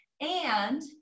and-